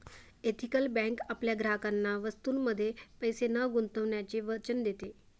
ethical bank आपल्या ग्राहकांना वस्तूंमध्ये पैसे न गुंतवण्याचे वचन देते